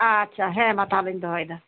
ᱟᱪᱪᱷᱟ ᱦᱮᱸ ᱢᱟ ᱛᱟᱞᱦᱮᱧ ᱫᱚᱦᱚᱭᱮᱫᱟ